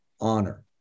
honor